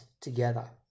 together